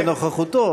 משבחו בנוכחותו.